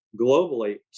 globally